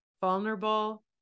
vulnerable